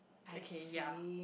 okay ya